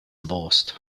divorced